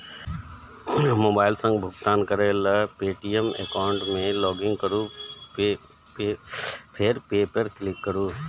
mobile सं भुगतान करै लेल पे.टी.एम एकाउंट मे लॉगइन करू फेर पे पर क्लिक करू